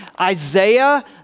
Isaiah